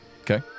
Okay